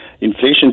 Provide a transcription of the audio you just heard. inflation